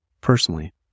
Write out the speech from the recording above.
Personally